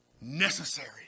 necessary